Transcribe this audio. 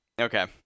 Okay